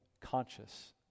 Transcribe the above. conscious